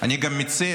אני גם מציע,